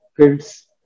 kids